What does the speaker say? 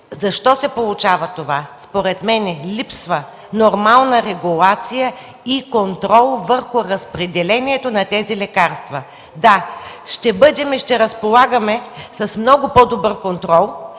Защо се получава това? Според мен, липсва нормална регулация и контрол върху разпределението на тези лекарства. Да, ще разполагаме с много по-добър контрол,